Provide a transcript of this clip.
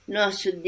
nosso